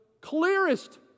clearest